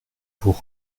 vous